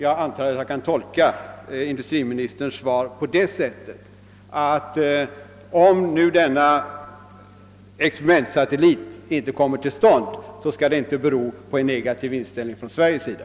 Jag antar att jag kan tolka industriministerns svar på det sättet att om nu denna experimentsatellit inte kommer till stånd, kommer detta inte att bero på en negativ inställning från Sveriges sida.